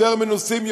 יותר מנוסים,